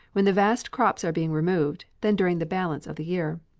when the vast crops are being removed, than during the balance of the year.